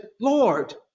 Lord